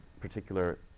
particular